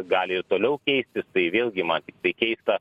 gali ir toliau keistis tai vėlgi man tiktai keista